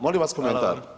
Molim vas komentar.